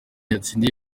yatsindiye